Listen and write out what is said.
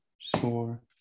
score